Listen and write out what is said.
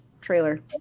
Trailer